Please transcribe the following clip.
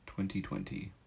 2020